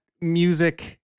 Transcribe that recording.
music